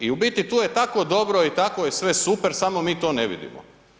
I u biti tu je tako dobro i tako je sve super amo mi to ne vidimo.